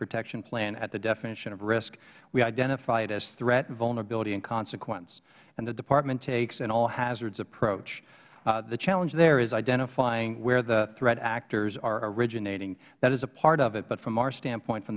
protection plan at the definition of risk we identified as threat vulnerability and consequence the department takes an all hazards approach the challenge there is identifying where the threat actors are originating that is a part of it but from our standpoint from